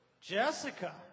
Jessica